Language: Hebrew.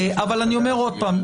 אבל אני אומר עוד פעם,